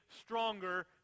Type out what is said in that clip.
stronger